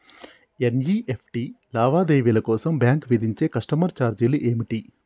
NEFT లావాదేవీల కోసం bank విధించే కస్టమర్ ఛార్జీలు ఏమిటి?